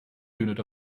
unit